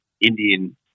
Indian